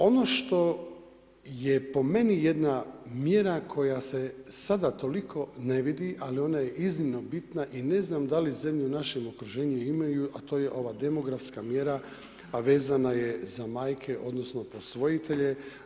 Ono što je po meni jedna mjera koja se sada toliko ne vidi, ali ona je iznimno bitna i ne znam da li zemlje u našem okruženju je imaju, a to je ova demografska mjera, a vezana je za majke, odnosno posvojitelje.